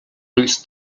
ulls